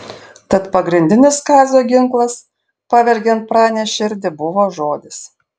tad pagrindinis kazio ginklas pavergiant pranės širdį buvo žodis